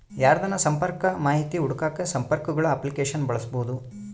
ಯಾರ್ದನ ಸಂಪರ್ಕ ಮಾಹಿತಿ ಹುಡುಕಾಕ ಸಂಪರ್ಕಗುಳ ಅಪ್ಲಿಕೇಶನ್ನ ಬಳಸ್ಬೋದು